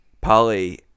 Polly